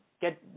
get